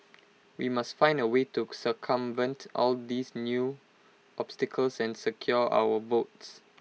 we must find A way to circumvent all these new obstacles and secure our votes